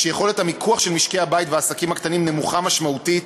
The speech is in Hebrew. יכולת המיקוח של משקי-הבית והעסקים הקטנים נמוכה משמעותית,